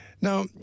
now